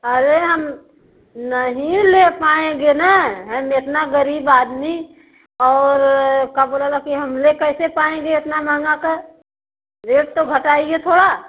अरे हम नहीं ले पाएँगे न हम इतना गरीब आदमी और का बोले ला कि हम ले कैसे पाएँगे इतना महंगा का रेट तो घटाइए थोड़ा